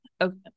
okay